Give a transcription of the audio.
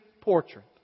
portrait